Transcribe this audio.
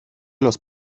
los